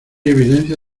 evidencia